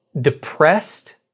depressed